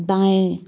दाएँ